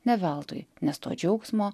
ne veltui nes to džiaugsmo